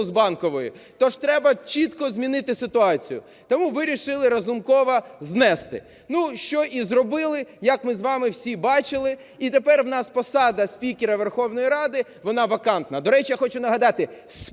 з Банкової. То ж треба чітко змінити ситуацію. Тому вирішили Разумкова знести. Ну, що і зробили, як ми з вами всі бачили. І тепер у нас посада спікера Верховної Ради, вона вакантна. До речі, я хочу нагадати – спікера